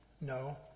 No